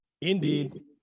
Indeed